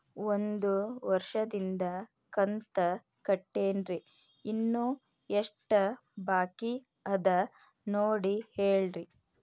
ಒಂದು ವರ್ಷದಿಂದ ಕಂತ ಕಟ್ಟೇನ್ರಿ ಇನ್ನು ಎಷ್ಟ ಬಾಕಿ ಅದ ನೋಡಿ ಹೇಳ್ರಿ